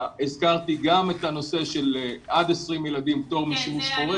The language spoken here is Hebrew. גם את הנושא של עד 20 ילדים פטור משימוש חורג.